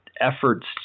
efforts